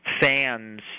fans